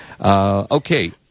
Okay